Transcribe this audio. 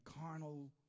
carnal